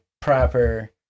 proper